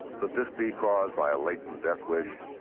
could this be caused by a latent death wish?